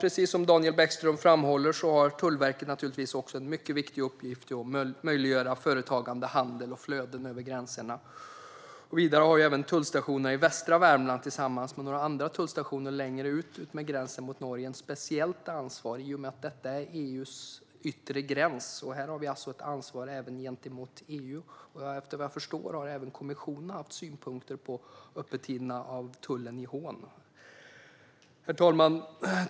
Precis som Daniel Bäckström framhåller har Tullverket naturligtvis också en mycket viktig uppgift för att möjliggöra företagande, handel och flöden över gränserna. Vidare har tullstationerna i västra Värmland tillsammans med några andra tullstationer utmed gränsen mot Norge ett speciellt ansvar i och med att det är EU:s yttre gräns. Vi har alltså ett ansvar även gentemot EU här. Och vad jag förstår har även kommissionen haft synpunkter på öppettiderna vid tullstationen i Hån.